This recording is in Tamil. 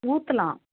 ஊற்றலாம்